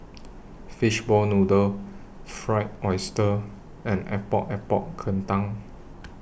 Fishball Noodle Fried Oyster and Epok Epok Kentang